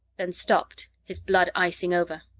then stopped, his blood icing over.